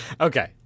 Okay